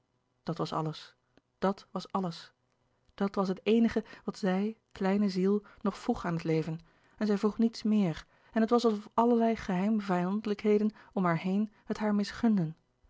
dat was alles dat was alles dàt was het eenige wat zij kleine ziel nog vroeg aan het leven en zij vroeg niets meer en het was alsof allerlei geheime vijandelijkheden om haar heen het haar